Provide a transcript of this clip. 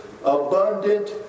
abundant